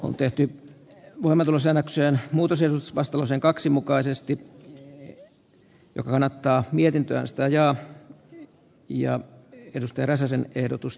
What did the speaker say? on tehty mamelusäännöksen muutos edusvastalauseen kaksi mukaisesti jo kannattaa mietintöä ostajaa ja kyvystä räsäsen ehdotus